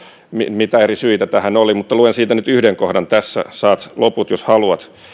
mitä eri syitä tähän oli mutta luen siitä nyt yhden kohdan tässä saat loput jos haluat